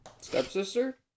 Stepsister